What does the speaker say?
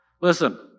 Listen